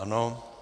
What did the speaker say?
Ano.